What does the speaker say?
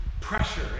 pressure